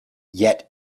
yet